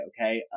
okay